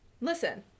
listen